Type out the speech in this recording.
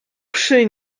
przy